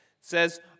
says